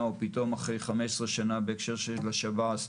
או פתאום אחרי 15 שנה בהקשר של השב"ס,